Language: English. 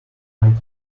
might